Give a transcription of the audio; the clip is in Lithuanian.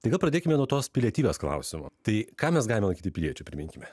tai gal pradėkime nuo tos pilietybės klausimo tai ką mes galime laikyti piliečių priminkime